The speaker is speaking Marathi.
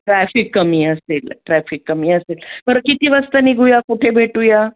ट्रॅफिक कमी असेल ट्रॅफिक कमी असेल बरं किती वाजता निघूया कुठे भेटूया